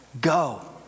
Go